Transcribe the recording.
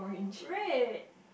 red